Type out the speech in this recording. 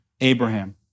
Abraham